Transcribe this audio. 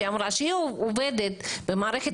שהיא אמרה שהיא עובדת במערכת